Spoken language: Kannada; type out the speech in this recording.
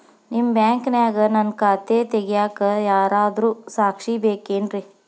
ನಿಮ್ಮ ಬ್ಯಾಂಕಿನ್ಯಾಗ ನನ್ನ ಖಾತೆ ತೆಗೆಯಾಕ್ ಯಾರಾದ್ರೂ ಸಾಕ್ಷಿ ಬೇಕೇನ್ರಿ?